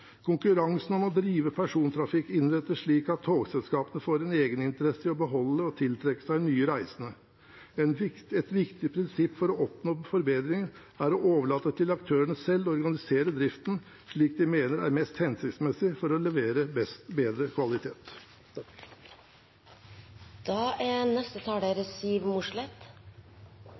Konkurransen om å drive persontrafikk innrettes slik at togselskapene får en egeninteresse i å beholde og tiltrekke seg nye reisende. Et viktig prinsipp for å oppnå forbedringer er å overlate til aktørene selv å organisere driften slik de mener er mest hensiktsmessig for å levere bedre kvalitet.